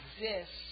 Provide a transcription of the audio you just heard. exists